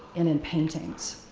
and in paintings.